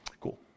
Cool